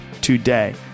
today